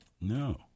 No